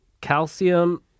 calcium